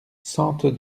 sente